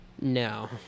No